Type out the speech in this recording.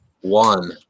One